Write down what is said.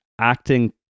acting